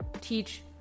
teach